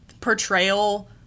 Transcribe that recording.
portrayal